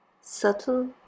subtle